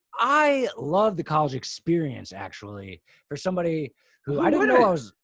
i loved the college experience actually for somebody who, i don't know,